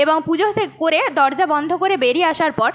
এবং পুজো করে দরজা বন্ধ করে বেরিয়ে আসার পর